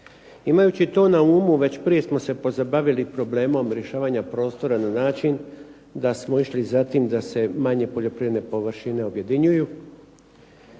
Imajući to na umu već prije smo se pozabavili problemom rješavanja prostora na način da smo išli za tim da se manje poljoprivredne površine objedinjuju